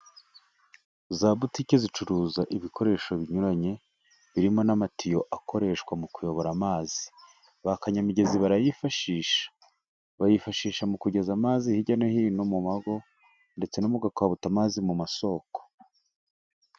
Za butiki zicuruza ibikoresho binyuranye, birimo n'amatiyo akoreshwa mu kuyobora amazi. Ba kanyamigezi barayifashisha. Bayifashisha mu kugeza amazi hirya no hino mu mago, ndetse no mu gukabuta amazi mu masoko.